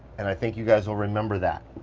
and i think you guys will remember that,